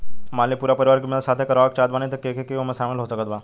मान ली पूरा परिवार के बीमाँ साथे करवाए के चाहत बानी त के के ओमे शामिल हो सकत बा?